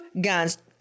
guns